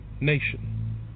nation